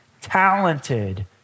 talented